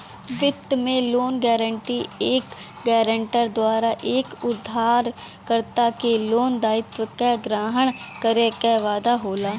वित्त में loan guarantee एक गारंटर द्वारा एक उधारकर्ता के लोन दायित्व क ग्रहण करे क वादा होला